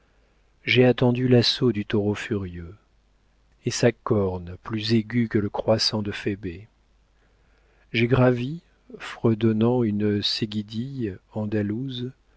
j'ai attendu l'assaut du taureau furieux et sa corne plus aiguë que le croissant de phœbé j'ai gravi fredonnant une seguidille andalouse